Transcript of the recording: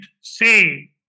say